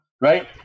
right